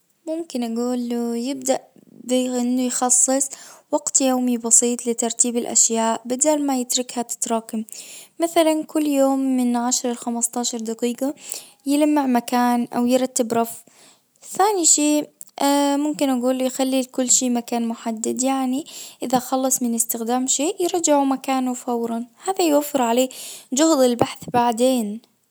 ممكن اجول له يبدأ بتخصيص وقت يومي بسيط لترتيب الاشياء بدال ما يتركها تتراكم مثلا كل يوم من عشرة لخمسة عشر دقيقة يلمع مكان او يرتب رف ثاني شي اه ممكن اقول يخلي لكل شي مكان محدد يعني من استخدام شيء يرجعه مكانه فورا. هذا يوفر عليه جهد البحث بعدين